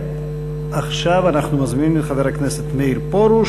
עכשיו אנחנו מזמינים את חבר הכנסת מאיר פרוש,